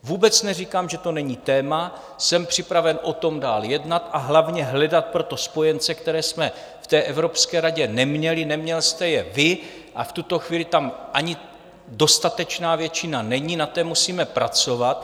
Vůbec neříkám, že to není téma, jsem připraven o tom dál jednat, a hlavně hledat pro to spojence, které jsme v Evropské radě neměli, neměl jste je vy a v tuto chvíli tam ani dostatečná většina není, na té musíme pracovat.